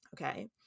Okay